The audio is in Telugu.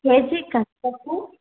కేజీ కందిపప్పు